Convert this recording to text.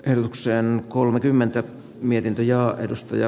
hellukseen kolmekymmentä mietintöjä opetustyö